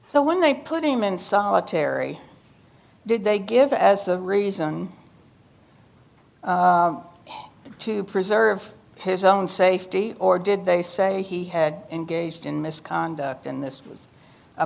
so when i put him in solitary did they give us a reason to preserve his own safety or did they say he had engaged in misconduct and this was a